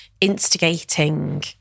instigating